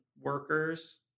workers